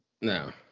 No